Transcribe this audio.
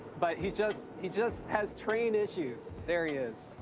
but he just he just has train issues. there he is.